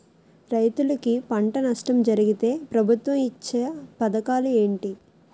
రైతులుకి పంట నష్టం జరిగితే ప్రభుత్వం ఇచ్చా పథకాలు ఏంటి?